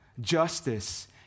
justice